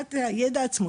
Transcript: מבחינת הידע עצמו,